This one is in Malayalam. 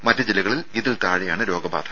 മറ്റ് ജില്ലകളിൽ ഇതിൽ താഴെയാണ് രോഗബാധ